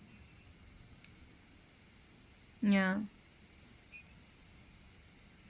ya